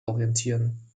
orientieren